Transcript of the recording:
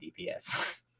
DPS